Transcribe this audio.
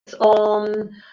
on